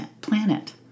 planet